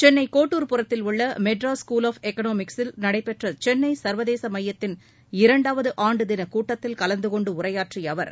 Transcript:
சென்னை கோட்டூர்புரத்தில் உள்ள Madras school of எக்கனாமிக்ஸ்ஸில் நடைபெற்ற சென்னை சர்வதேச மையத்தின் இரண்டாவது ஆண்டு தினக் கூட்டத்தில் கலந்து கொண்டு உரையாற்றிய அவர்